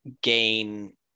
gain